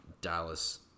Dallas